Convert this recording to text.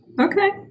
okay